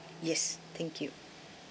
yes thank you